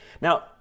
Now